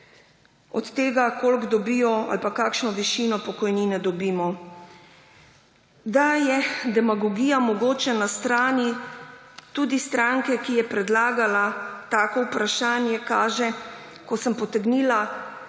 od tega, koliko dobijo ali pa kakšno višino pokojnine dobijo. Da je demagogija mogoče tudi na strani stranke, ki je predlagala tako vprašanje, kaže, ko sem potegnila